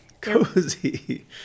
Cozy